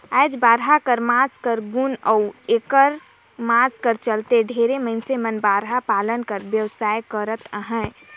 आएज बरहा कर मांस कर गुन अउ एकर मांग कर चलते ढेरे मइनसे मन बरहा पालन कर बेवसाय करत अहें